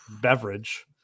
beverage